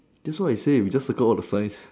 that's why I say we just circle all the size